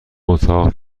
اتاق